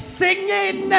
singing